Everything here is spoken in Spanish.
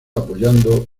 apoyando